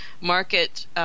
market